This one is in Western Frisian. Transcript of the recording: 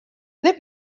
lit